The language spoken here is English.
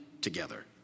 together